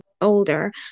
older